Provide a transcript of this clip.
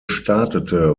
startete